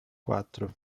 quatro